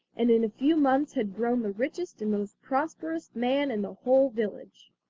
and in a few months had grown the richest and most prosperous man in the whole village.